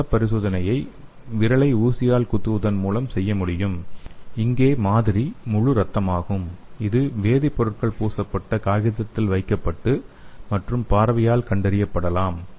இரத்த பரிசோதனையை விரலை ஊசியால் குத்துவதன் மூலம் செய்ய முடியும் இங்கே மாதிரி முழு இரத்தமாகும் இது வேதிபொருட்கள் பூசப்பட்ட காகிதத்தில் வைக்கப்பட்டு மற்றும் பார்வையால் கண்டறியப் படலாம்